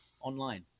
online